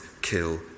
kill